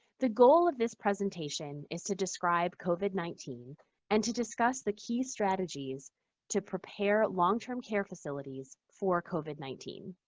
the goal of this presentation is to describe covid nineteen and to discuss the key strategies to prepare long-term care facilities for covid nineteen.